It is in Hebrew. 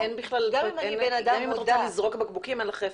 גם אם את רוצה לזרוק בקבוקים, אין לך איפה.